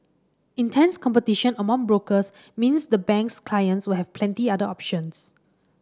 intense competition among brokers means the bank's clients will have plenty other options